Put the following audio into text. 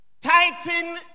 titan